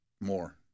more